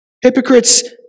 Hypocrites